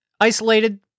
isolated